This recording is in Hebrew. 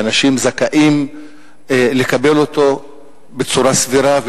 שאנשים זכאים לקבל אותו בצורה סבירה,